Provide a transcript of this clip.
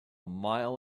mile